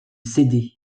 céder